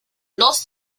lost